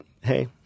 hey